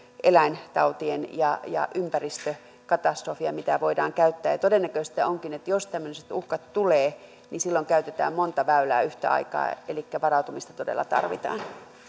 eläintautien uhkia ja ympäristökatastrofeja mitä voidaan käyttää ja todennäköistä onkin että jos tämmöisiä uhkia tulee niin silloin käytetään monta väylää yhtä aikaa elikkä varautumista todella tarvitaan